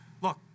look